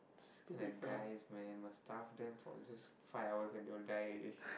this kind of guys man must tough them for just five hours and they'll die already